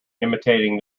imitating